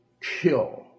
kill